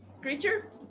creature